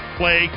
play